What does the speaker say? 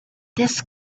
this